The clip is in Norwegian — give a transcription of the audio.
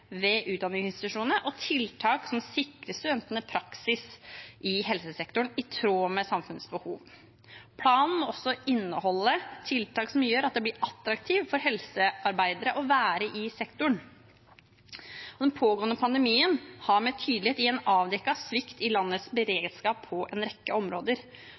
ved utdanningsinstitusjonene og tiltak som sikrer studentene praksis i helsesektoren, i tråd med samfunnets behov. Planen må også inneholde tiltak som gjør at det blir attraktivt for helsearbeidere å være i sektoren. Den pågående pandemien har med tydelighet avdekket svikt i landets beredskap på en rekke områder.